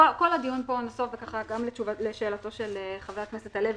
כל הדיון נסוב פה גם לשאלתו של חבר הכנסת הלוי,